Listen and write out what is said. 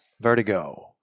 Vertigo